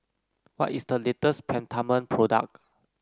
what is the latest Peptamen product